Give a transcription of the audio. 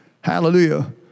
Hallelujah